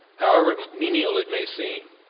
however menial it may seem,